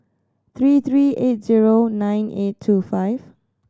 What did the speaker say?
three three eight zero nine eight two five